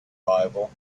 arrival